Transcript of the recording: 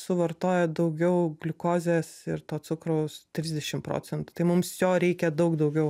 suvartoja daugiau gliukozės ir to cukraus trisdešim procentų tai mums jo reikia daug daugiau